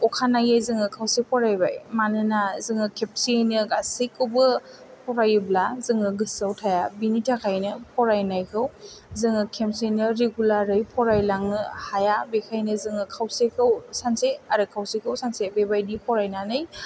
अखानायै जोङो खावसे फरायबाय मानोना जोङो खेबसेयैनो गासैखौबो फरायोब्ला जोङो गोसोयाव थाया बेनि थाखायनो फरायनायखौ जोङो खेनसेयैनो रिगुलारै फरायलांनो हाया बिखायनो जोङो खावसेखौ सानसे आरो खावसेखौ सानसे बेबायदि फरायनानै